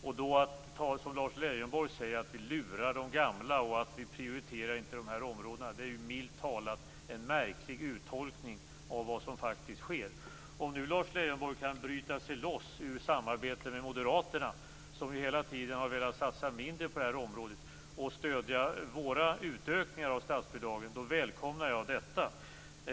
Att då som Lars Leijonborg säga att vi lurar de gamla och inte prioriterar de här områdena är milt talat en märklig uttolkning av vad som faktiskt sker. Om nu Lars Leijonborg kan bryta sig loss ur samarbetet med Moderaterna, som ju hela tiden har velat satsa mindre på det här området, och stödja våra utökningar av statsbidragen välkomnar jag detta.